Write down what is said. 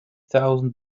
thousand